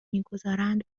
میگذارند